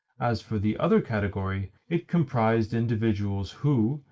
as for the other category, it comprised individuals who,